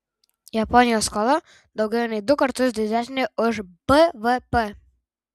japonijos skola daugiau nei du kartus didesnė už bvp